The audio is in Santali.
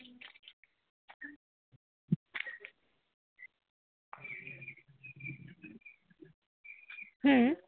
ᱦᱩᱸ